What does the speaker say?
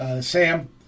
Sam